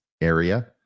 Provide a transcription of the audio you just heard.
area